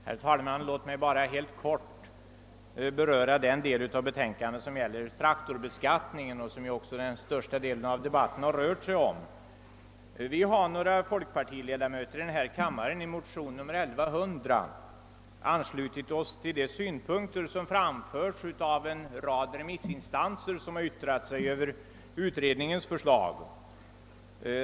Herr talman! Låt mig bara helt kort säga något om den del av betänkandet som gäller traktorbeskattningen och som den största delen av debatten har rört sig om. Några folkpartiledamöter i denna kammare har i motion II: 1100 anslutit sig till de synpunkter som anförts av en rad remissinstanser som yttrat sig över utredningens förslag.